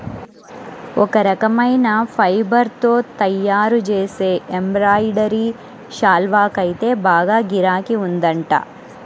ఒక రకమైన ఫైబర్ తో తయ్యారుజేసే ఎంబ్రాయిడరీ శాల్వాకైతే బాగా గిరాకీ ఉందంట